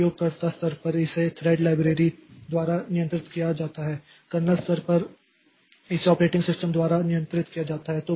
तो उपयोगकर्ता स्तर पर इसे थ्रेड लाइब्रेरी द्वारा नियंत्रित किया जाता है कर्नेल स्तर पर इसे ऑपरेटिंग सिस्टम द्वारा नियंत्रित किया जाता है